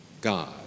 God